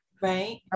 right